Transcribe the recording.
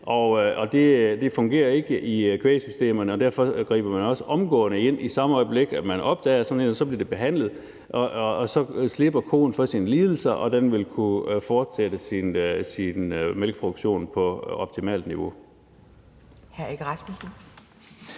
Det fungerer ikke i kvægsystemerne, og derfor griber man også ind og får det behandlet, i samme øjeblik som man opdager det. Så slipper koen for sine lidelser, og den vil kunne fortsætte sin mælkeproduktion på optimalt niveau.